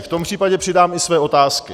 V tom případě přidám i své otázky.